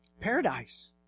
Paradise